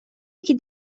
یکی